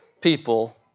people